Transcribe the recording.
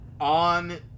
on